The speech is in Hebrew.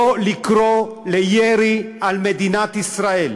לא לקרוא לירי על מדינת ישראל